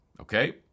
Okay